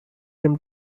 him